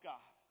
God